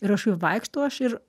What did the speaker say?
ir aš jau vaikštau aš ir